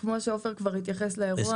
כמו שעופר כבר התייחס לאירוע,